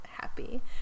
happy